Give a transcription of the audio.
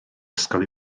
ysgol